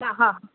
હા